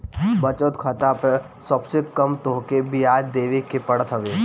बचत खाता पअ सबसे कम तोहके बियाज देवे के पड़त हवे